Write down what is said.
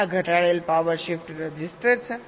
આ ઘટાડેલ power shift register છે